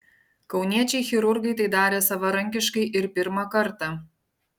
kauniečiai chirurgai tai darė savarankiškai ir pirmą kartą